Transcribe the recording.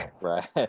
Right